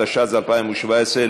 התשע"ז 2017,